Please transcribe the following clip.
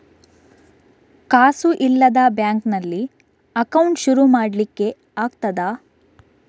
ಕಾಸು ಇಲ್ಲದ ಬ್ಯಾಂಕ್ ನಲ್ಲಿ ಅಕೌಂಟ್ ಶುರು ಮಾಡ್ಲಿಕ್ಕೆ ಆಗ್ತದಾ?